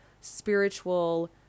spiritual